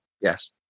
Yes